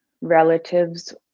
relatives